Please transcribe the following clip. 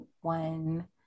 one